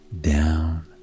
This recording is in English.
down